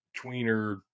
tweener